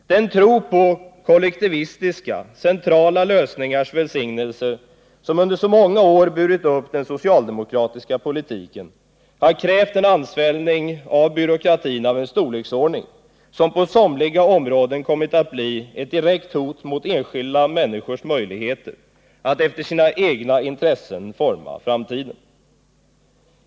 Den tra på kollektivistiska, centrala lösningars välsignelser som under så många år burit upp den socialdemokratiska politiken har krävt en ansvällning av byråkratin av en storleksordning som på somliga områden kommit att bli ett direkt hot mot enskilda människors möjligheter att efter sina egna intressen forma framtiden.